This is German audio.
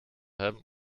haben